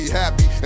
happy